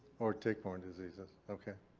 or tick-borne diseases. okay.